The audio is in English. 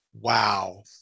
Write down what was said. wow